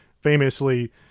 famously